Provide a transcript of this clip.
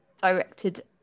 directed